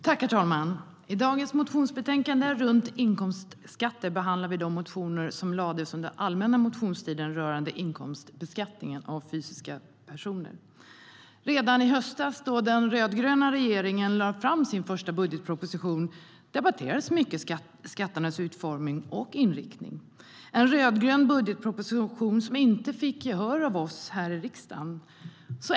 Herr talman! I dagens motionsbetänkande om inkomstskatt behandlar vi de motioner som väcktes under allmänna motionstiden rörande inkomstbeskattningen av fysiska personer. Redan i höstas när den rödgröna regeringen lade fram sin första budgetproposition debatterades skatternas utformning och inriktning. Det var en rödgrön budgetproposition som inte fick gehör av oss i riksdagen.